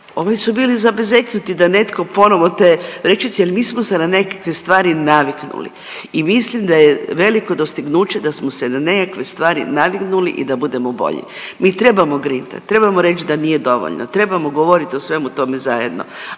ovi su bili zabezeknuti da netko ponovo te vrećice jel mi smo se na nekakve stvari naviknuli i mislim da je veliko dostignuće da smo se na nekakve stvari naviknuli i da budemo bolji. Mi trebamo grintat, trebamo reć da nije dovoljno, trebamo govorit o svemu tome zajedno,